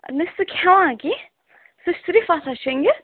نہَ چھِ سُہ کھیٚوان کیٚنٛہہ سُہ چھُ صِرف آسان شۄنٛگِتھ